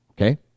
Okay